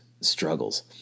struggles